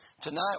Tonight